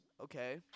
okay